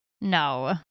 no